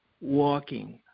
walking